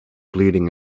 bleeding